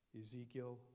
Ezekiel